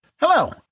Hello